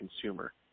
consumer